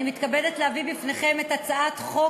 אני מתכבדת להביא בפניכם את הצעת חוק